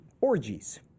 orgies